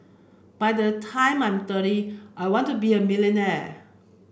by the time I'm thirty I want to be a millionaire